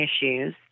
issues